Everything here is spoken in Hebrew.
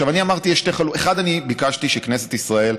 1. אני ביקשתי שבכנסת ישראל,